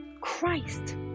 Christ